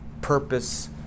purpose